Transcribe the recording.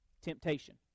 temptation